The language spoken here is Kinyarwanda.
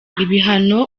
ibihano